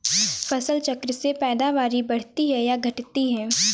फसल चक्र से पैदावारी बढ़ती है या घटती है?